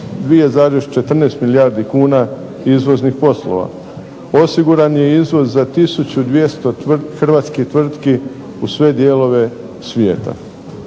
2,14 milijardi kuna izvoznih poslova. Osiguran je izvoz za 1200 hrvatskih tvrtki u sve dijelove svijeta.